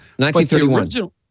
1931